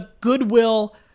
goodwill